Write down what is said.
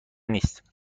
نیست